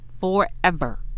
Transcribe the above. Forever